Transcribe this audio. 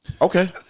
Okay